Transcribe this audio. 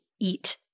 eat